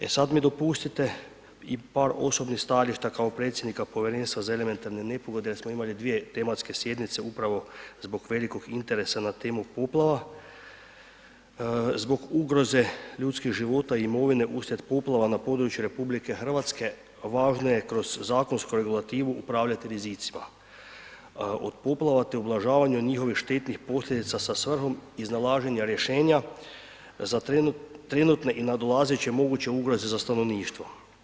E sad mi dopustite i par osobnih stajališta kao predsjednika povjerenstva za elementarne nepogode jer smo imal dvije tematske sjednice upravo zbog velikog interesa na temu poplava, zbog ugroze ljudskih života i imovine uslijed poplava na području RH važno je kroz zakonsku regulativu upravljati rizicima od poplava, te ublažavanju njihovih štetnih posljedica sa svrhom iznalaženja rješenja za trenutne i nadolazeće moguće ugroze za stanovništvo.